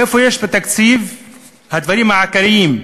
איפה בתקציב הדברים העיקריים?